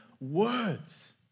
words